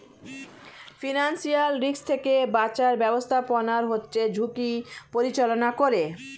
financial risk থেকে বাঁচার ব্যাবস্থাপনা হচ্ছে ঝুঁকির পরিচালনা করে